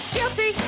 Guilty